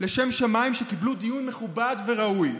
לשם שמיים שקיבלו דיון מכובד וראוי.